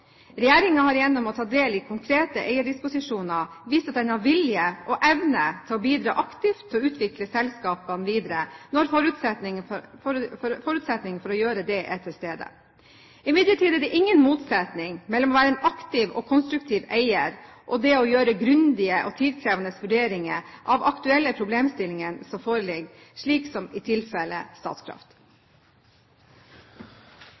har gjennom å ta del i konkrete eierdisposisjoner vist at den har vilje og evne til å bidra aktivt til å utvikle selskapene videre, når forutsetningene for å gjøre dette er til stede. Imidlertid er det ingen motsetning mellom det å være en aktiv og konstruktiv eier og det å gjøre grundige og tidkrevende vurderinger av de aktuelle problemstillinger som foreligger, som i tilfellet Statkraft.